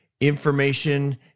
information